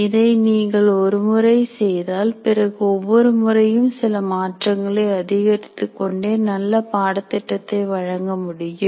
இதை நீங்கள் ஒரு முறை செய்தால் பிறகு ஒவ்வொரு முறையும் சில மாற்றங்களை அதிகரித்துக்கொண்டே நல்ல பாடத்திட்டத்தை வழங்க முடியும்